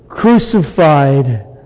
Crucified